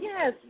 Yes